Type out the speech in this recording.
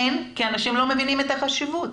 אין, כי אנשים לא מבינים את החשיבות.